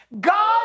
God